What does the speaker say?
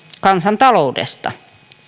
kansantaloudesta